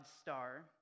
star